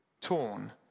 torn